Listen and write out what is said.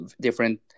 different